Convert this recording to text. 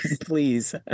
Please